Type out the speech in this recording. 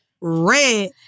red